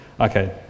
okay